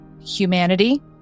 humanity